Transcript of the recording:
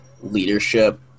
leadership